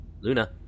Luna